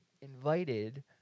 invited